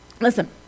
listen